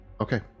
Okay